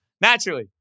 Naturally